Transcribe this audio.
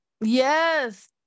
Yes